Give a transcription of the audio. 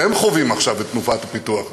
שהם חווים עכשיו את תנופת הפיתוח הזאת.